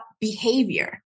behavior